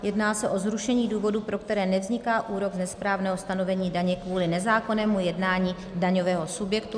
Jedná se o zrušení důvodů, pro které nevzniká úrok z nesprávného stanovení daně kvůli nezákonnému jednání daňového subjektu.